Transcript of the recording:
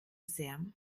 sehr